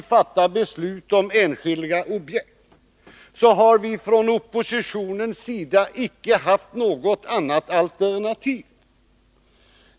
Men, herr talman, från oppositionens sida har vi icke haft något annat alternativ.